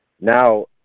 now